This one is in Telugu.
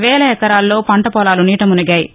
వేల ఎకరాల్లో పంటపొలాలు నీటమునిగాయి